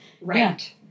right